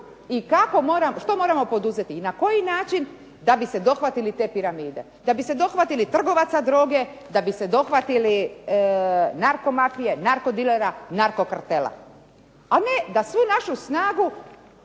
što moramo poduzeti i na koji način da bi se dohvatili te piramide, da bi se dohvatili trgovaca droge, da bi se dohvatili narko mafije, narko dilera, narko kartela a ne da svu našu snagu